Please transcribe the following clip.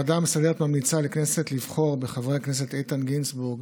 הוועדה המסדרת ממליצה לכנסת לבחור בחברי הכנסת איתן גינזבורג,